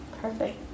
Perfect